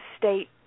state